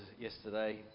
yesterday